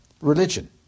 religion